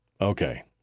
Okay